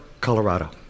Colorado